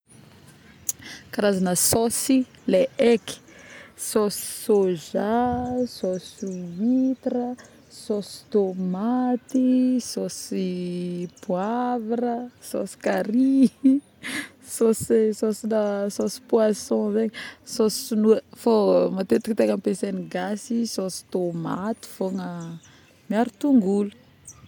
Karazagny sôsy le aiky, sôsy soja sôsy huitres, sôsy tômaty sôsyyy poivre sôsy carry sôsy sosi-na poisson zegny sôsy sinoa fô matetiky tegna ampisigny gasy sôsy tômaty fôgna miaro tongolo